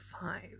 five